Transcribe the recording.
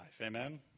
Amen